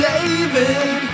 David